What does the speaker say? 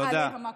בעלי המקום.